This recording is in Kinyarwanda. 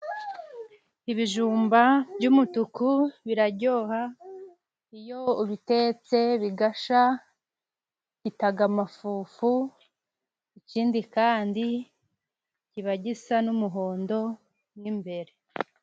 Ibijumba by'umutuku birajyoha iyo ubitetse bigasha gitaga amafufu ikindi kandi kiba gisa n'umuhondo mwimbere.